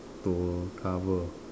to cover